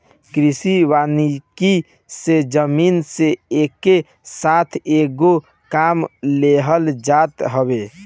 कृषि वानिकी से जमीन से एके साथ कएगो काम लेहल जात हवे